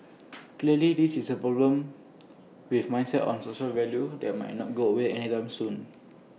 clearly this is A problem with mindsets and social values that might not go away anytime soon